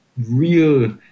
real